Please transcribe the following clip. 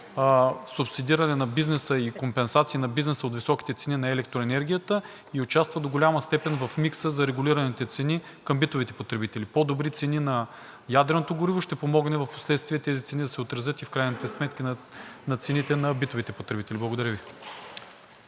субсидиране на бизнеса и компенсации на бизнеса от високите цени на електроенергията и участва до голяма степен в микса за регулираните цени към битовите потребители – по-добри цени на ядреното гориво, ще помогне впоследствие тези цени да се отразят и в крайните сметки на цените на битовите потребители. Благодаря Ви.